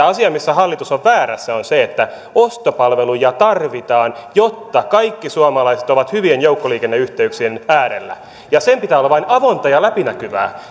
asia missä hallitus on väärässä on se että ostopalveluja tarvitaan jotta kaikki suomalaiset ovat hyvien joukkoliikenneyhteyksien äärellä sen pitää olla vain avointa ja läpinäkyvää